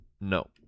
No